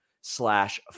slash